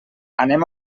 anem